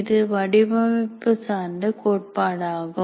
இது வடிவமைப்பு சார்ந்த கோட்பாடாகும்